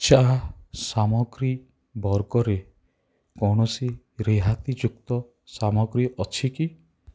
ଚା ସାମଗ୍ରୀ ବର୍ଗରେ କୌଣସି ରିହାତିଯୁକ୍ତ ସାମଗ୍ରୀ ଅଛି କି